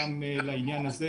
גם לעניין הזה.